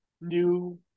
new